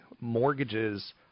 Mortgages